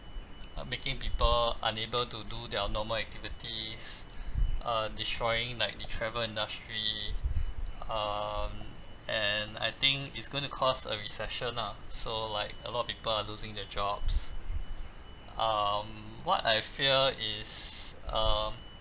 uh making people unable to do their normal activities uh destroying like the travel industry um and I think it's going to cause a recession lah so like a lot of people are losing their jobs um what I fear is um